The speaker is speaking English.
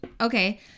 Okay